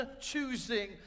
choosing